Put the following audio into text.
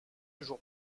jours